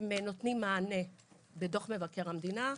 הם נותנים מענה בדוח מבקר המדינה,